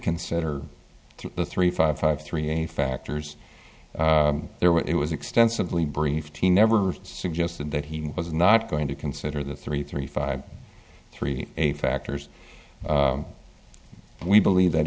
consider three five five three eight factors there were it was extensively brief team never suggested that he was not going to consider the three three five three eight factors and we believe that